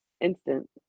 instant